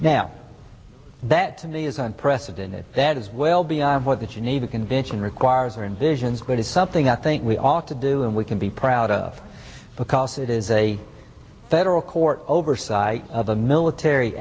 now that to me is unprecedented that is well beyond what the geneva convention requires or in visions that is something i think we ought to do and we can be proud of because it is a federal court oversight of a military